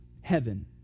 heaven